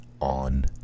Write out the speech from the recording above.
on